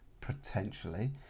potentially